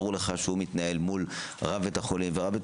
ברור לך שהוא מתנהל מול רב בית החולים ורב בית